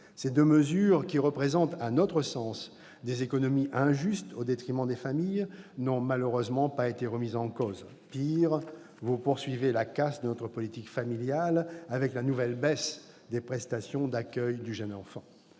Ces deux mesures, qui représentent, à notre sens, des économies injustes au détriment des familles, n'ont malheureusement pas été remises en cause. Pis, vous poursuivez la casse de notre politique familiale avec la nouvelle baisse de la prestation d'accueil du jeune enfant,